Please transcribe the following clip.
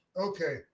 okay